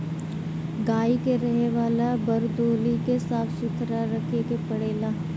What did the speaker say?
गाई के रहे वाला वरदौली के साफ़ सुथरा रखे के पड़ेला